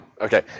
Okay